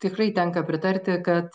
tikrai tenka pritarti kad